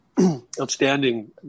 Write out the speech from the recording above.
Outstanding